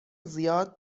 زیاد